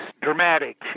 dramatic